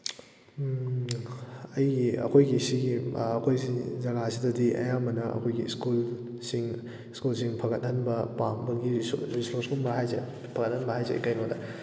ꯑꯩꯒꯤ ꯑꯩꯈꯣꯏꯒꯤ ꯁꯤꯒꯤ ꯑꯩꯈꯣꯏ ꯁꯤ ꯖꯒꯥꯁꯤꯗꯗꯤ ꯑꯌꯥꯝꯕꯅ ꯑꯩꯈꯣꯏꯒꯤ ꯁ꯭ꯀꯨꯜꯁꯤꯡ ꯁ꯭ꯀꯨꯜꯁꯤꯡ ꯐꯒꯠꯍꯟꯕ ꯄꯥꯝꯕꯒꯤ ꯔꯤꯁꯣꯔꯁꯀꯨꯝꯕ ꯍꯥꯏꯁꯦ ꯐꯒꯠꯍꯟꯕ ꯍꯥꯏꯁꯦ ꯀꯩꯅꯣꯗ